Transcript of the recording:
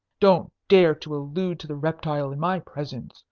don't dare to allude to the reptile in my presence.